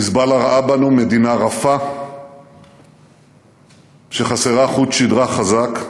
"חיזבאללה" ראה בנו מדינה רפה שחסרה חוט שדרה חזק,